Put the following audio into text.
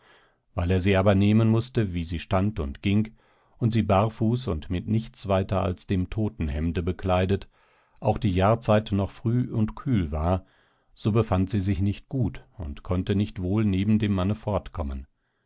weil er sie aber nehmen mußte wie sie stand und ging und sie barfuß und mit nichts als dem totenhemde bekleidet auch die jahrszeit noch früh und kühl war so befand sie sich nicht gut und konnte nicht wohl neben dem manne